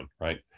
right